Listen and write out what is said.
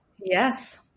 Yes